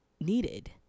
needed